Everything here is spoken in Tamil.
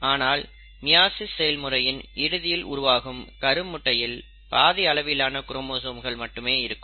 ஆனால் மியாசிஸ் செயல்முறையின் இறுதியில் உருவாகும் கரு முட்டையில் பாதி அளவிலான குரோமோசோம்கள் மட்டுமே இருக்கும்